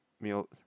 meal